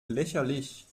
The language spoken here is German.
lächerlich